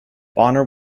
bonner